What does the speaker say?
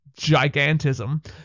gigantism